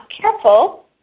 careful